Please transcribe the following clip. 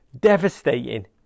Devastating